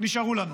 נשארו לנו